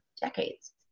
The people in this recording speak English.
decades